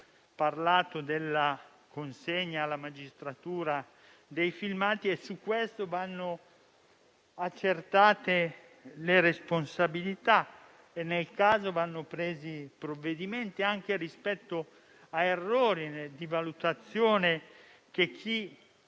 parlato della consegna alla magistratura dei filmati, vanno accertate le responsabilità. Nel caso vanno presi provvedimenti anche rispetto a errori di valutazione che chi